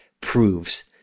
proves